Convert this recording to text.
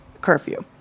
curfew